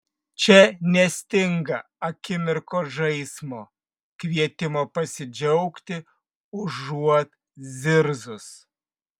čia nestinga akimirkos žaismo kvietimo pasidžiaugti užuot zirzus